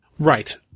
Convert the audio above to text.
Right